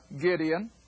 Gideon